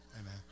Amen